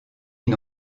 une